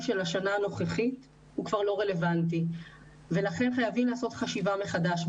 של השנה הנוכחית הוא כבר לא רלוונטי ולכן חייבים לעשות חשיבה מחדש.